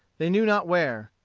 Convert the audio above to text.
they knew not where.